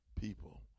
people